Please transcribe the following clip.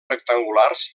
rectangulars